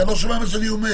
אתה לא שומע מה אני אומר.